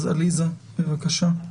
עליזה, בבקשה.